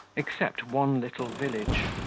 except one little village,